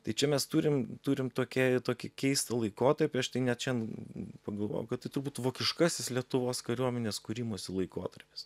tai čia mes turim turim tokią tokį keistą laikotarpį aš tai net šian pagalvojau kad tai turbūt vokiškasis lietuvos kariuomenės kūrimosi laikotarpis